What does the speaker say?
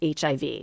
HIV